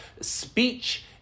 speech